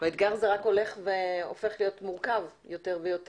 וכמו שאנחנו יודעים האתגר הזה רק הולך והופך להיות מורכב יותר ויותר.